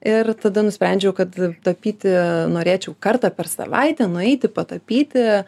ir tada nusprendžiau kad tapyti norėčiau kartą per savaitę nueiti patapyti